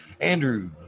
Andrew